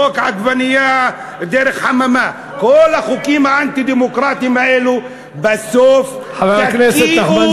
חוק עגבנייה דרך חממה, את כל החוקים, חוק לחם.